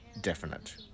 Definite